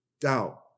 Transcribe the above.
doubt